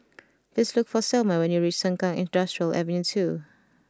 please look for Selma when you reach Sengkang Industrial Ave two